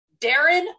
Darren